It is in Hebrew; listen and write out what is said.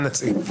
אנא צאי.